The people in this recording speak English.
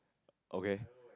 okay